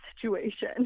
situation